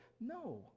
No